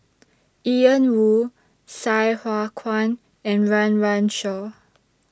Ian Woo Sai Hua Kuan and Run Run Shaw